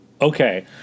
Okay